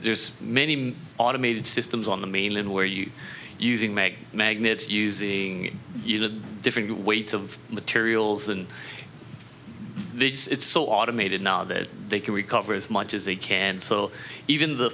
there's many automated systems on the mainland where you are using mag magnets using different weights of materials than it's so automated now that they can recover as much as they can so even the